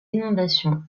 inondations